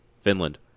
Finland